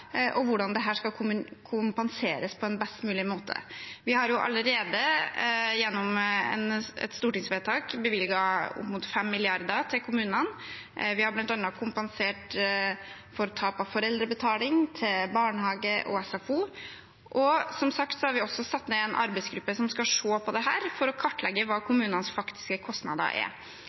og hvordan dette skal kompenseres på en best mulig måte. Vi har allerede gjennom et stortingsvedtak bevilget opp mot 5 mrd. kr til kommunene, vi har bl.a. kompensert for tap av foreldrebetaling til barnehage og SFO, og som sagt har vi også satt ned en arbeidsgruppe som skal se på dette for å kartlegge hva kommunenes faktiske kostnader er.